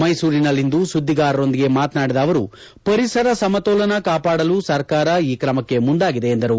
ಮೈಸೂರಿನಲ್ಲಿಂದು ಸುದ್ದಿಗಾರರೊಂದಿಗೆ ಮಾತನಾಡಿದ ಅವರು ಪರಿಸರ ಸಮತೋಲನ ಕಾಪಾಡಲು ಸರ್ಕಾರ ಈ ಕ್ರಮಕ್ಕೆ ಮುಂದಾಗಿದೆ ಎಂದರು